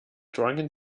drunken